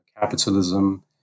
capitalism